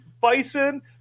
Bison –